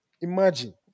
imagine